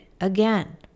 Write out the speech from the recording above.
Again